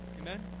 Amen